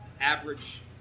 average